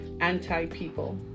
anti-people